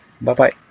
Bye-bye